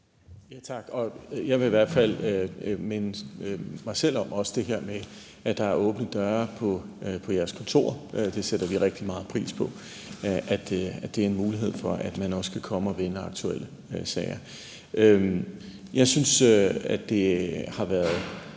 Jeg vil i hvert fald også minde mig selv om det her med, at der er åbne døre på jeres kontorer. Vi sætter rigtig meget pris på, at der er en mulighed for, at man også kan komme og vende aktuelle sager. Jeg synes, at det har været